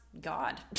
God